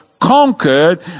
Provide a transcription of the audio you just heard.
conquered